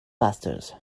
pastures